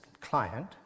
client